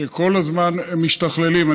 שכל הזמן משתכללים.